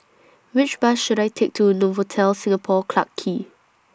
Which Bus should I Take to Novotel Singapore Clarke Quay